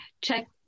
check